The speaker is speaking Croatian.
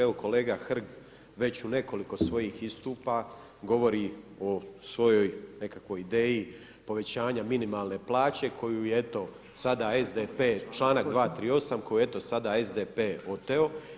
Evo kolega Hrg već u nekoliko svojih istupa govori o svojoj nekakvoj ideji povećanja minimalne plaće koju je eto, sada SDP članak 238., koji je eto sada SDP oteo.